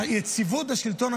יש לזה משמעות מאוד גדולה.